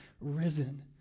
risen